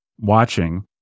watching